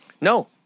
No